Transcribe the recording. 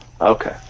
Okay